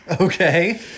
okay